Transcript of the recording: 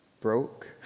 Broke